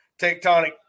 tectonic